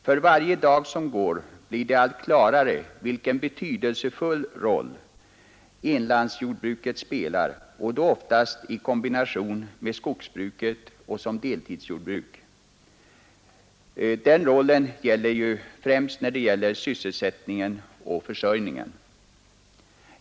För varje dag som går blir det allt klarare vilken betydelsefull roll inlandsjordbruket spelar för sysselsättningen och försörjningen, och då oftast som deltidsjordbruk i kombination med skogsbruk.